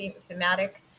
thematic